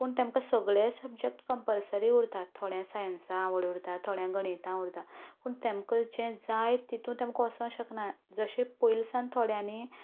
पूण तेंमका सगळे सबजेक्ट कम्पलसरी उरतात थोड्यांक सायन्सा आवड उरता थोड्यांक गणितांत उरता पूण तेंमका जे जाय तितूंत ते वचूंक शकनात जशें पयलसान थोड्यांनी